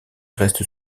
reste